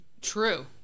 True